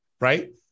right